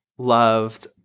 Loved